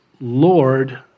Lord